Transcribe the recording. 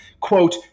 Quote